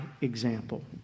example